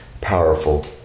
powerful